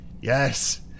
Yes